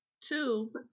two